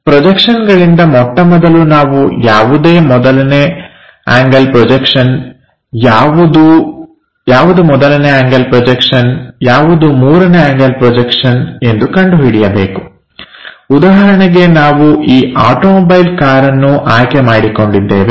ಪ್ರೊಜೆಕ್ಷನ್ಗಳಿಂದ ಮೊಟ್ಟಮೊದಲು ನಾವು ಯಾವುದು ಮೊದಲನೇ ಆಂಗಲ್ ಪ್ರೊಜೆಕ್ಷನ್ ಯಾವುದು ಮೂರನೇ ಆಂಗಲ್ ಪ್ರೊಜೆಕ್ಷನ್ ಎಂದು ಕಂಡುಹಿಡಿಯಬೇಕು ಉದಾಹರಣೆಗೆ ನಾವು ಈ ಆಟೋಮೊಬೈಲ್ ಕಾರನ್ನು ಆಯ್ಕೆ ಮಾಡಿಕೊಂಡಿದ್ದೇವೆ